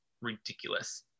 ridiculous